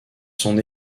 son